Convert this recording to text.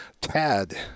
tad